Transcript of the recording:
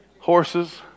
Horses